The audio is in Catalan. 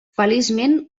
feliçment